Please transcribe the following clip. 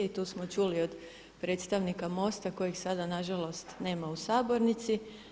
I tu smo čuli o predstavnika MOST-a kojeg sada nažalost nema u sabornici.